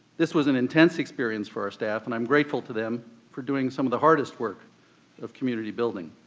this was an intense experience for our staff and i'm grateful to them for doing some of the hardest work of community building.